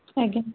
ଆଜ୍ଞା